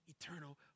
eternal